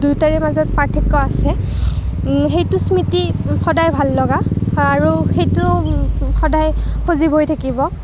দুয়োটাৰে মাজত পাৰ্থক্য আছে সেইটো স্মৃতি সদায় ভাল লগা আৰু সেইটো সদায় সজীৱ হৈ থাকিব